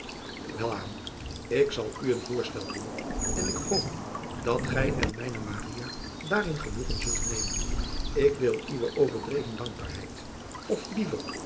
elaan ik zal u een voorstel doen en ik hoop dat gij en mijne daarin genoegen zult nemen k wil uwe overdreven dankbaarheid of liever